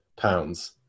pounds